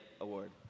award